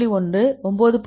1 9